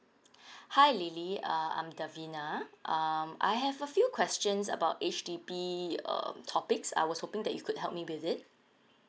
hi lily err I'm devina um I have a few questions about H_D_B um topics I was hoping that you could help me with it